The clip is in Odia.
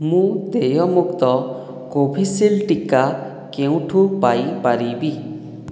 ମୁଁ ଦେୟମୁକ୍ତ କୋଭିଶିଲ୍ଡ୍ ଟିକା କେଉଁଠୁ ପାଇପାରିବି